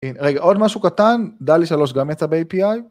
רגע עוד משהו קטן, דאלי שלוש גם יצא ב-API